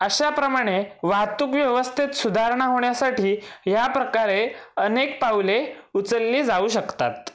अशाप्रमाणे वाहतूक व्यवस्थेत सुधारणा होण्यासाठी ह्या प्रकारे अनेक पावले उचलली जाऊ शकतात